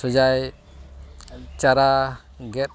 ᱥᱳᱡᱟᱭ ᱪᱟᱨᱟ ᱜᱮᱫ